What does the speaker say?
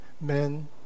men